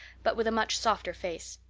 but with a much softer face.